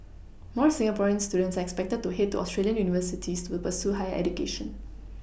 more Singaporean students are expected to head to Australian universities to pursue higher education